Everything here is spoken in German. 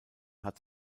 hat